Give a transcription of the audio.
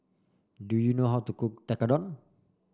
do you know how to cook Tekkadon